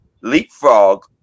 leapfrog